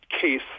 case